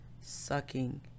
Sucking